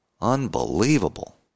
Unbelievable